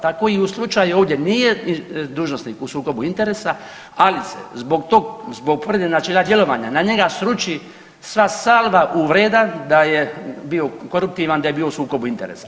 Tako i u slučaju ovdje, nije dužnosnik u sukobu interesa, ali se zbog povrede načela djelovanja na njega sruči sva salva uvreda da je bio koruptivan da je bio u sukobu interesa.